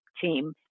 team